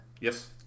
yes